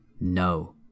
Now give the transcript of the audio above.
No